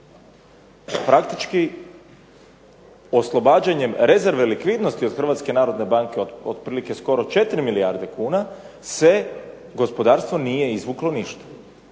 praktički oslobađanjem rezerve likvidnosti od HNB-a od otprilike skoro 4 milijarde kuna se gospodarstvo nije izvuklo ništa